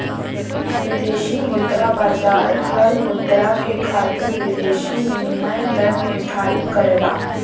विदेशी मुद्रा बाजार हर मुद्रा के खातिर विदेशी विनिमय दर निर्धारित करला